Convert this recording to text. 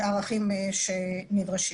הערכים הנדרשים.